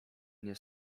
nie